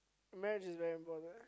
marriage is very important